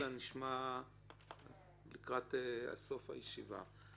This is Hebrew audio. את אלה נשמע לקראת סוף הישיבה.